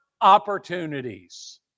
opportunities